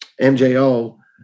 MJO